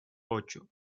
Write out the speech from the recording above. ocho